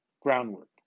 groundwork